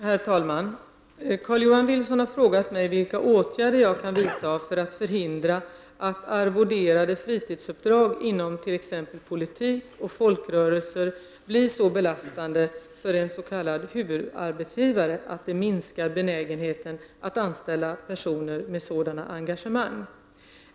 Herr talman! Carl-Johan Wilson har frågat mig vilka åtgärder jag kan vidta för att förhindra att arvoderade fritidsuppdrag inom t.ex. politik och folkrörelser blir så belastande för en s.k. huvudarbetsgivare att det minskar benägenheten att anställa personer med sådana engagemang.